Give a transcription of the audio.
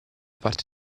parte